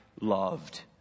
loved